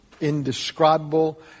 indescribable